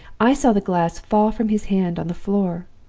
i saw the glass fall from his hand on the floor.